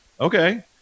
Okay